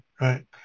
Right